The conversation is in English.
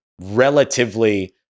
relatively